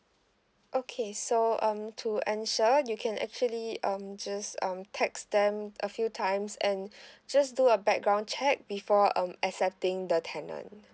okay so um to ensure you can actually um just um text them a few times and just do a background check before um accepting the tenant